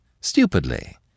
stupidly